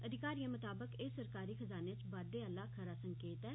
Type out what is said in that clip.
अधिकारियें मताबक एह् सरकारी खजाने इच बाद्दे आला खरा संकेत ऐ